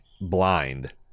blind